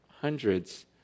hundreds